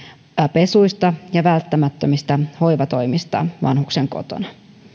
pesuista ja välttämättömistä hoivatoimista vanhuksen kotona